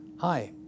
Hi